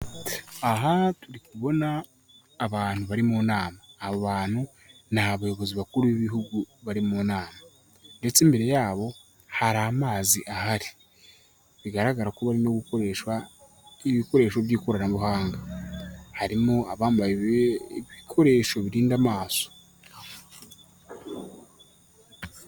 Aha turi kubona abantu bari mu nama, abo bantu ni abayobozi bakuru b'ibihugu bari mu nama ndetse imbere yabo hari amazi ahari, bigaragara ko barimo gukoresha ibikoresho by'ikoranabuhanga, harimo abambaye ibikoresho birinda amaso.